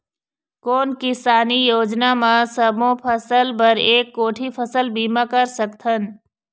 कोन किसानी योजना म सबों फ़सल बर एक कोठी फ़सल बीमा कर सकथन?